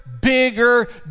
bigger